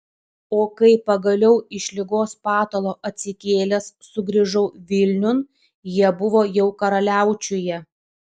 o kai pagaliau iš ligos patalo atsikėlęs sugrįžau vilniun jie buvo jau karaliaučiuje